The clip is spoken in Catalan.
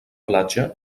platja